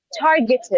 targeted